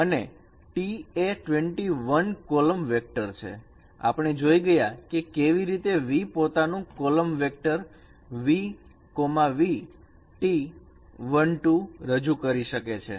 અને t એ 21 column vector છે આપણે જોઈ ગયા કે કેવી રીતે V પોતાનું column vector v v T 1 2 રજૂ કરી શકે છે